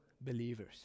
believers